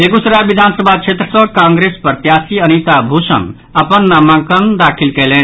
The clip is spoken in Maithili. बेगूसराय विधानसभा क्षेत्र सँ कांग्रेस प्रत्याशी अनिता भूषण अपन नामांकन दाखिल कयलनि